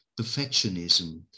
perfectionism